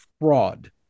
fraud